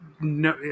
no